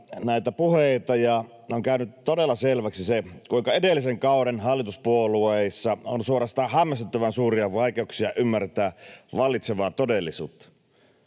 näitä puheita, ja on käynyt todella selväksi se, kuinka edellisen kauden hallituspuolueissa on suorastaan hämmästyttävän suuria vaikeuksia ymmärtää vallitsevaa todellisuutta,